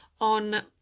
on